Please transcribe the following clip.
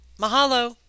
Mahalo